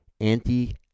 anti